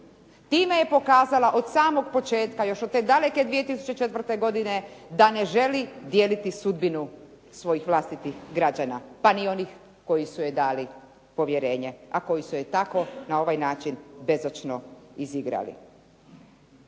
Time je pokazala od samog početka, još od te daleke 2004. godine da ne želi dijeliti sudbinu svojih vlastitih građana pa ni onih koji su joj dali povjerenje a koji su je tako na ovaj način bezočno izigrali.